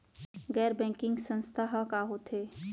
गैर बैंकिंग संस्था ह का होथे?